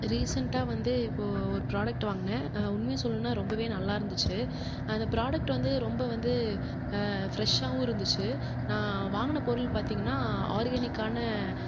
ரீசன்ட்டாக வந்து இப்போ ஒரு ப்ராடக்ட் வாங்கினேன் உண்மையை சொல்லணும்னா ரொம்பவே நல்லாருந்துச்சு அந்த ப்ராடக்ட் வந்து ரொம்ப வந்து ஃபிரெஷாகவும் இருந்துச்சு நான் வாங்கின பொருள் பாத்திங்கன்னா ஆர்கனிக்கான